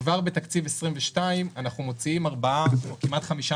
כבר בתקציב 2022 אנחנו מוציאים כמעט חמישה